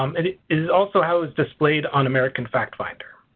um it is also how it's displayed on american fact finder.